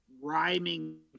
rhyming